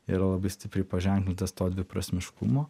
yra labai stipriai paženklintas to dviprasmiškumo